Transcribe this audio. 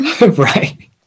Right